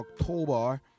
October